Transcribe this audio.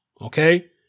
okay